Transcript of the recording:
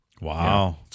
Wow